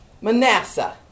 Manasseh